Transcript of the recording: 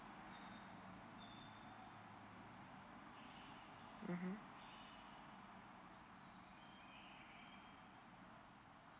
mmhmm